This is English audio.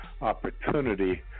opportunity